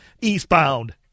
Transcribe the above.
eastbound